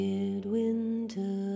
Midwinter